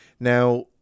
Now